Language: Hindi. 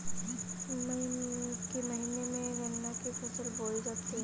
मई के महीने में गन्ना की फसल बोई जाती है